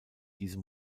diesem